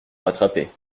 rattraper